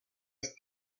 his